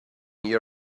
you